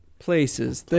Places